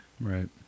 Right